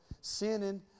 sinning